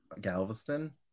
Galveston